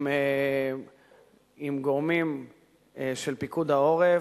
עם גורמים של פיקוד העורף,